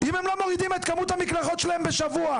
אם הם לא מורידים את כמות המקלחות שלהם בשבוע.